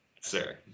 sir